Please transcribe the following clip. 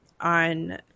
on